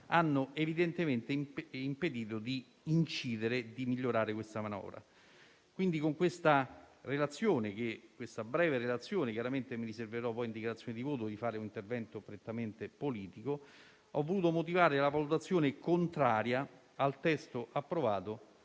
ha evidentemente impedito di incidere e di migliorare questa manovra. Con questa breve relazione - chiaramente mi riserverò in dichiarazione di voto di fare un intervento prettamente politico - ho voluto motivare la valutazione contraria al testo approvato